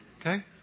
Okay